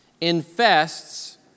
infests